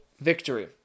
victory